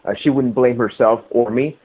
ah she wouldn't blame herself for me.